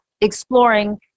exploring